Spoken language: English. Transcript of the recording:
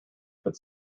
but